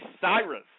Cyrus